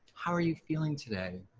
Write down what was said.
how are you feeling today?